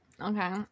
Okay